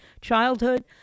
childhood